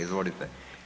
Izvolite.